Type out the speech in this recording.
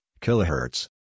kilohertz